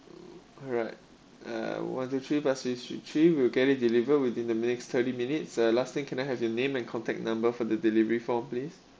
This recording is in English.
alright uh one two three plus these three we'll get it delivered within the next thirty minutes uh last thing can I have your name and contact number for the delivery form please